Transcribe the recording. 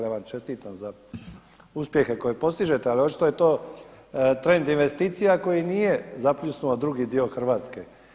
Ja vam čestitam za uspjehe koje postižete, ali očito je to trend investicija koji nije zapljusnuo drugi dio Hrvatske.